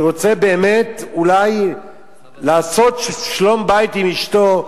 שרוצה באמת אולי לעשות שלום-בית עם אשתו,